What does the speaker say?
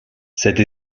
cette